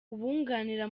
uwunganira